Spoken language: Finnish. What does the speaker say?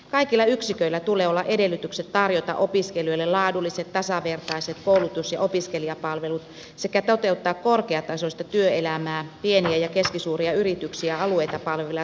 kaikilla yksiköillä tulee olla edellytykset tarjota opiskelijoille laadulliset tasavertaiset koulutus ja opiskelijapalvelut sekä toteuttaa korkeatasoista työelämää pieniä ja keskisuuria yrityksiä alueita palvelevaa tutkimus ja kehitystoimintaa